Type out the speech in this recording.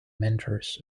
mentors